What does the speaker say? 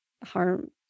harm